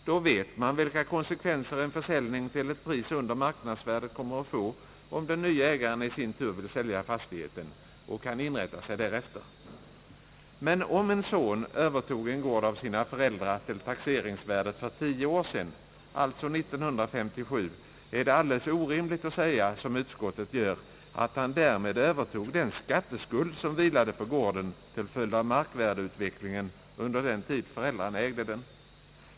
Då vet man vilka konsekvenser en försäljning till ett pris under marknadsvärdet kommer att få, om den nye ägaren i sin tur vill sälia fastigheten, och kan inrätta sig därefter. Men om en son övertog en gård av sina föräldrar till taxeringsvärdet för tio år sedan — alltså år 1957 — är det alldeles orimligt att säga, som utskottet gör, att han därmed övertog den skatteskuld som vilade på gården till följd av markvärdeutvecklingen under den tid föräldrarna ägde den.